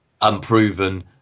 unproven